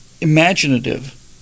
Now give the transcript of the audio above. imaginative